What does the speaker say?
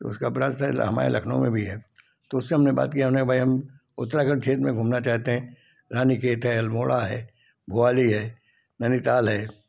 उसका ब्रांच शायद हमारे लखनऊ में भी है तो उससे हमने बात किया भाई हम उत्तराखंड क्षेत्र में घुमना चाहते हैं रानीखेत है अल्मोड़ा है भवाली है नैनीताल है